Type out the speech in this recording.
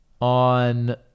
on